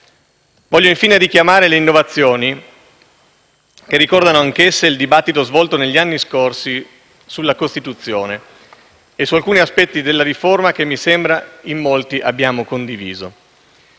Vorrei infine richiamare le innovazioni che ricordano anch'esse il dibattito svolto negli anni scorsi sulla Costituzione e su alcuni aspetti della riforma che mi sembra in molti abbiamo condiviso.